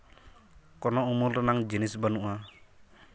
ᱠᱳᱱᱳ ᱩᱢᱩᱞ ᱨᱮᱱᱟᱝ ᱡᱤᱱᱤᱥ ᱵᱟᱹᱱᱩᱜᱼᱟ